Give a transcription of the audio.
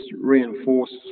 reinforce